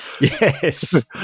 Yes